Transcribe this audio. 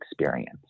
experience